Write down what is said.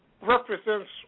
represents